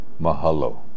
Mahalo